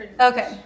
okay